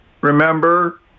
Remember